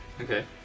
Okay